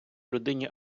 людині